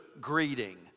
greeting